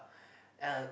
uh